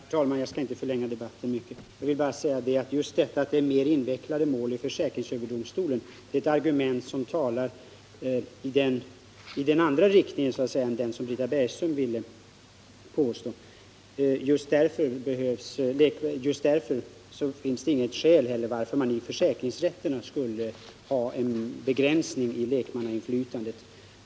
Herr talman! Jag skall inte förlänga debatten mycket. Jag vill bara säga att just det förhållandet att det är mer invecklade mål i försäkringsöverdomstolen är ett argument som talar i motsatt riktning mot vad Britta Bergström ville påstå. Just därför finns det heller inget skäl att i försäkringsrätterna ha en begränsning i lekmannainflytandet.